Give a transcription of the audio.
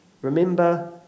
Remember